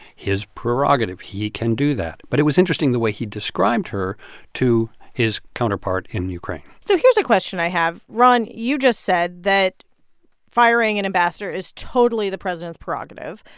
his prerogative. he can do that. but it was interesting the way he described her to his counterpart in ukraine so here's a question i have. ron, you just said that firing an ambassador is totally the president's prerogative.